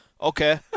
Okay